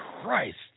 Christ